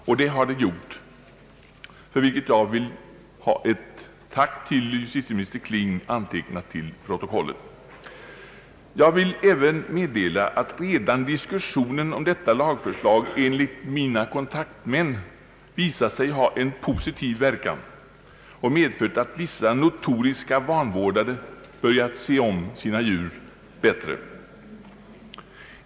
Åtgärder har också vidtagits, och jag vill ha ett tack till justitieminister Kling för detta antecknat till protokollet. Jag vill även meddela att redan diskussionen om detta lagförslag enligt mina kontaktmän visat sig ha en positiv verkan och medfört att vissa notoriska vanvårdare börjat se om sina djur bättre.